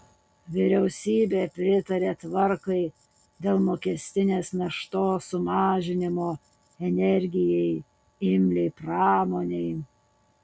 vyriausybė pritarė tvarkai dėl mokestinės naštos sumažinimo energijai imliai pramonei